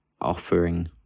offering